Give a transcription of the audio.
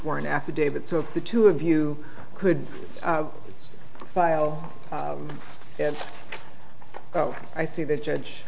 warrant affidavit so the two of you could file and oh i see the judge